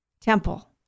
temple